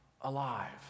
alive